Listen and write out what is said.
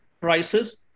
prices